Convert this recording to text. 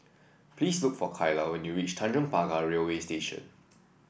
please look for Kylah when you reach Tanjong Pagar Railway Station